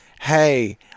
Hey